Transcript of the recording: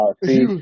see